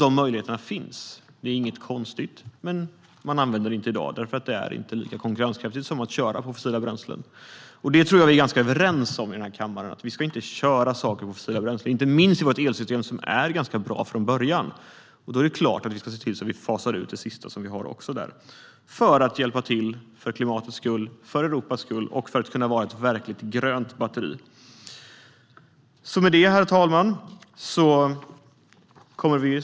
Dessa möjligheter finns; det är inget konstigt. Men man använder det inte i dag, för det är inte lika konkurrenskraftigt som att köra på fossila bränslen. Vi är nog ganska överens i kammaren om att vi inte ska köra på fossila bränslen. Inte minst gäller det i vårt elsystem, som är ganska bra från början. Då är det klart att vi ska fasa ut det sista vi har där för klimatets och Europas skull och för att kunna vara ett verkligt grönt batteri. Herr talman!